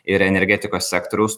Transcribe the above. ir energetikos sektoriaus